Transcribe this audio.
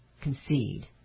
concede